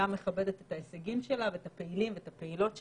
גם מכבדת את ההישגים שלה ואת הפעילים והפעילות שלה,